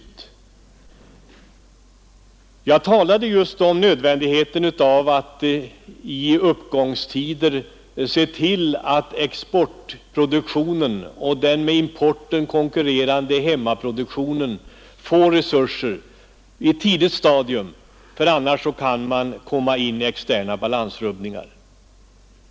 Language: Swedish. I mitt anförande talade jag just om nödvändigheten av att i tider då konjunkturen går uppåt se till att exportproduktionen och den med importen konkurrerande hemmaproduktionen får resurser på ett tidigt stadium. Annars kan det uppstå externa balansrubbningar.